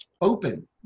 open